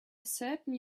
certain